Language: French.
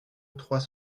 trois